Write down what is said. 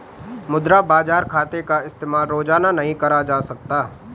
मुद्रा बाजार खाते का इस्तेमाल रोज़ाना नहीं करा जा सकता